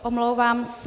Omlouvám se.